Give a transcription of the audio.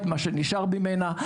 את מה שנשאר ממנה,